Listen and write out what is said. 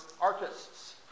artists